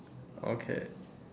okay